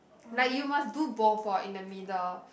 like you must do both orh in the middle